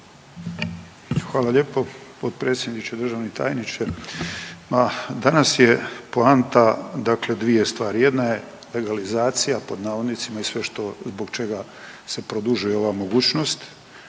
Hvala lijepo. Potpredsjedniče, državni tajniče. Ma danas je poanta dakle dvije stvari, jedna je „legalizacija“ i sve što zbog čega se produžuje ova mogućnost